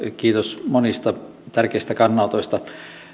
kiitos monista tärkeistä kannanotoista